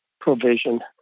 provision